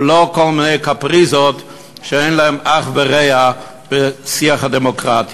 ולא כל מיני קפריזות שאין להן אח ורע בשיח הדמוקרטי.